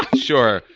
sure,